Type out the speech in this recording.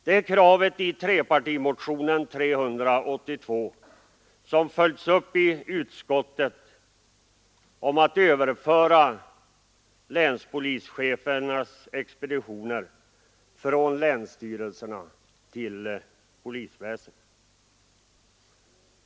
Det är kravet i trepartimotionen 382, om att överföra länspolischefernas expeditioner från länsstyrelserna till polisväsendet, som följts upp i utskottet.